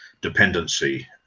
dependency